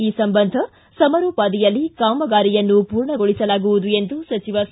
ಈ ಸಂಬಂಧ ಸಮಾರೋಪಾದಿಯಲ್ಲಿ ಕಾಮಗಾರಿಯನ್ನು ಪೂರ್ಣಗೊಳಿಸಲಾಗುವುದು ಎಂದು ಸಚಿವ ಸಾ